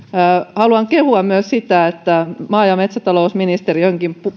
haluan kehua myös sitä että maa ja metsätalousministeriönkin